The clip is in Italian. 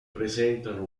presentano